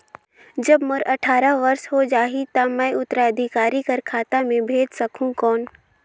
जब मोर अट्ठारह वर्ष हो जाहि ता मैं उत्तराधिकारी कर खाता मे भेज सकहुं कौन?